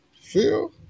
Phil